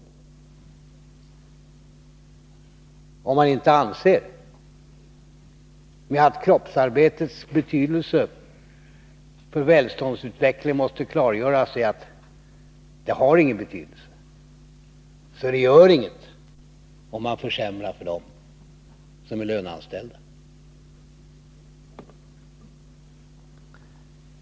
Om man inte med detta, att kroppsarbetets betydelse för välståndsutvecklingen måste klargöras, avser att det inte har någon betydelse, så att det inte gör någonting om man försämrar för dem som är löneanställda.